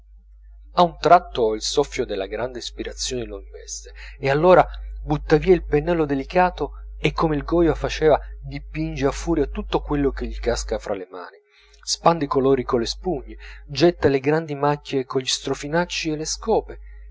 a un tratto il soffio della grande ispirazione lo investe e allora butta via il pennello delicato e come il goya faceva dipinge a furia con quello che gli casca fra le mani spande i colori colle spugne getta le grandi macchie cogli strofinacci e le scope